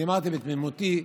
אמרתי בתמימותי,